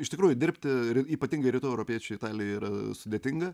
iš tikrųjų dirbti ir ypatingai rytų europiečiui italijoj yra sudėtinga